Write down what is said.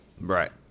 Right